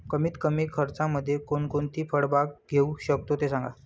कमीत कमी खर्चामध्ये कोणकोणती फळबाग घेऊ शकतो ते सांगा